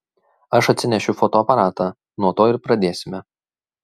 aš atsinešiu fotoaparatą nuo to ir pradėsime